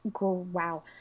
Wow